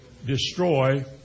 destroy